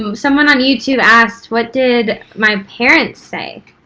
um someone on youtube asked what did my parents say.